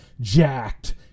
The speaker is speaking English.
jacked